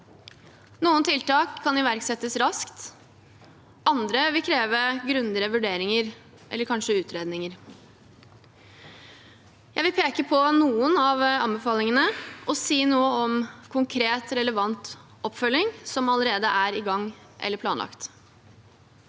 juni-rapporten 4979 raskt. Andre vil kreve grundigere vurderinger og kanskje utredninger. Jeg vil peke på noen av anbefalingene og si noe om konkret, relevant oppfølging som allerede er i gang eller planlagt.